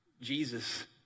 Jesus